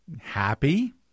happy